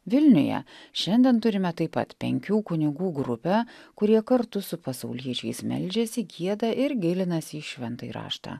vilniuje šiandien turime taip pat penkių kunigų grupę kurie kartu su pasauliečiais meldžiasi gieda ir gilinasi į šventąjį raštą